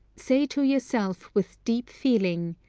say to yourself with deep feeling,